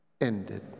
ended